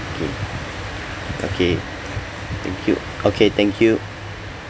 okay okay thank you okay thank you